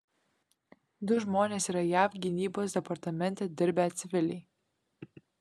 du žmonės yra jav gynybos departamente dirbę civiliai